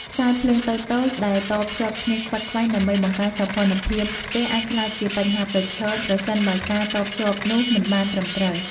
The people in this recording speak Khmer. ខ្សែភ្លើងតូចៗដែលតភ្ជាប់គ្នាខ្វាត់ខ្វែងដើម្បីបង្កើនសោភ័ណភាពផ្ទះអាចក្លាយជាបញ្ហាប្រឈមប្រសិនបើការតភ្ជាប់នោះមិនបានត្រឹមត្រូវ។